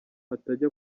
atajya